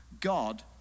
God